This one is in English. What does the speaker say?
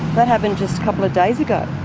that happened just a couple of days ago.